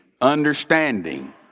Understanding